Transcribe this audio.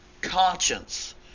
conscience